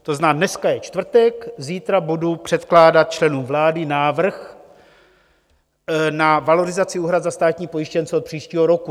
To znamená, dneska je čtvrtek, zítra budu předkládat členům vlády návrh na valorizaci úhrad za státní pojištěnce od příštího roku.